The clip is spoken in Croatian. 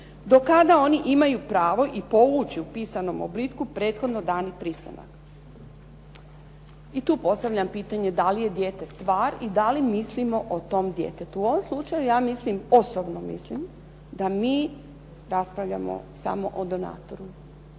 Do kada oni imaju pravo i povući u pisanom obliku prethodno dani pristanak. I tu postavljam pitanje da li je dijete stvar i da li mislimo o tom djetetu? U ovom slučaju ja mislim, osobno mislim da mi raspravljamo samo o donatorima,